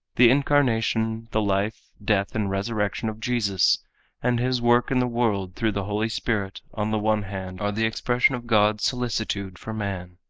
the incarnation, the life, death and resurrection of jesus and his work in the world through the holy spirit on the one hand are the expression of god's solicitude for man,